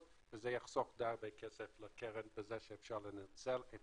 וזה יחסוך די הרבה כסף לקרן בזה שאפשר לנצל את